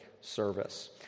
service